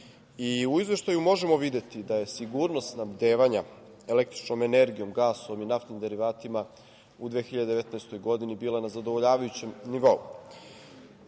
Izveštaju možemo videti da je sigurnost snabdevanja električnom energijom, gasom i naftnim derivatima u 2019. godini bila na zadovoljavajućem nivou.